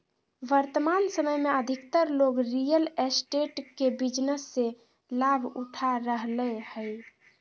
वर्तमान समय में अधिकतर लोग रियल एस्टेट के बिजनेस से लाभ उठा रहलय हइ